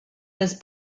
was